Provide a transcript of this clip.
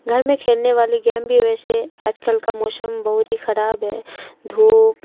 گھر میں کھیلنے والی گیم بھی ویسے آج کل کا موشم بہت ہی خراب ہے دھوپ